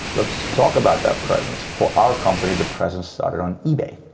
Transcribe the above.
let's talk about that presence. for our company, the presence started on ebay,